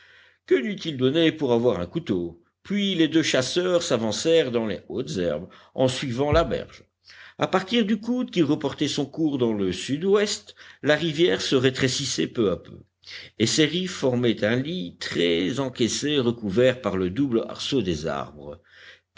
pour avoir un couteau puis les deux chasseurs s'avancèrent dans les hautes herbes en suivant la berge à partir du coude qui reportait son cours dans le sud-ouest la rivière se rétrécissait peu à peu et ses rives formaient un lit très encaissé recouvert par le double arceau des arbres